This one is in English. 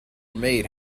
made